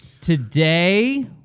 Today